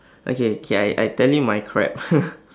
okay okay I I tell you my crab